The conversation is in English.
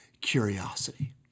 curiosity